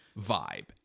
vibe